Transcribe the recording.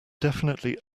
definitely